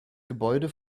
gebäude